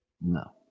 no